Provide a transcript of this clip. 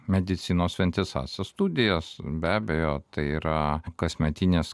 medicinos vientisąsias studijas be abejo tai yra kasmetinės